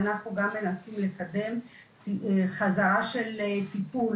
ואנחנו גם מנסים לקדם חזרה של טיפול,